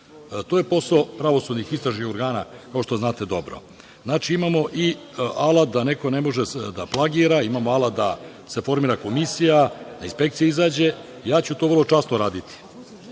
To je posao pravosudnih istražnih organa, kao što znate dobro. Znači, imamo i alat da neko ne može da plagira. Imamo alat da se formira komisija, da inspekcija izađe i ja ću to vrlo časno raditi. Što